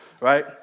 right